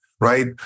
right